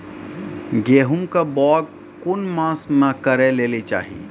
गेहूँमक बौग कून मांस मअ करै लेली चाही?